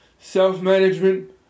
self-management